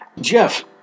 Jeff